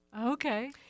okay